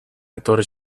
etorri